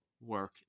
work